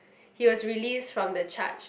he was released from the charge